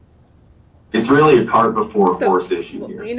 it's really a cart before so horse issue here. i mean